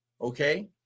okay